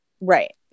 right